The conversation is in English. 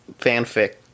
fanfic